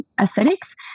aesthetics